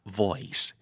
voice